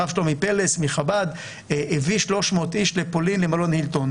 הרב שלומי פלס מחב"ד הביא 300 איש לפולין למלון הילטון.